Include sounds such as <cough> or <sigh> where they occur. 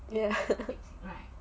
ya <laughs>